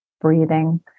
breathing